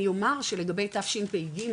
אני אומר שלגבי תשפ"ג,